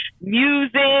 Music